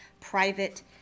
private